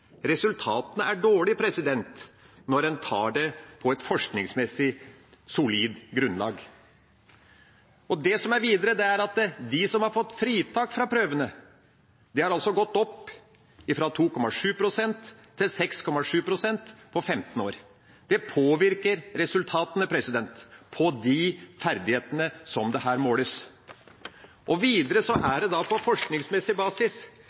Resultatene er dårlige når en ser det ut fra et forskningsmessig solid grunnlag. Og videre: Antallet som har fått fritak fra prøvene, har gått opp fra 2,7 pst. til 6,7 pst. på 15 år. Det påvirker resultatene i de ferdighetene som måles her. Videre er det på forskningsmessig basis